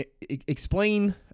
explain